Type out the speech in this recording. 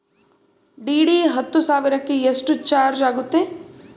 DD ಹತ್ತು ಸಾವಿರಕ್ಕೆ ಎಷ್ಟು ಚಾಜ್೯ ಆಗತ್ತೆ?